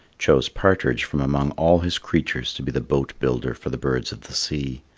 chose partridge from among all his creatures to be the boat-builder for the birds of the sea.